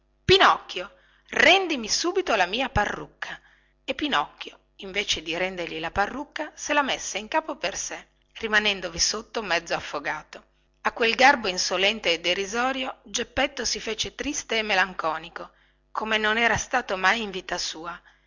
pinocchio rendimi subito la mia parrucca e pinocchio invece di rendergli la parrucca se la messe in capo per sé rimanendovi sotto mezzo affogato a quel garbo insolente e derisorio geppetto si fece triste e melanconico come non era stato mai in vita sua